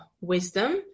wisdom